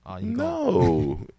no